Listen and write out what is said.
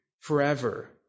forever